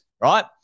right